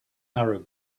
arab